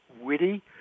witty